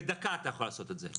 בדקה אתה יכול לעשות את זה.